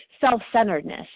self-centeredness